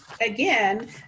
again